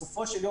תשובות בסוף.